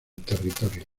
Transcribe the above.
territorio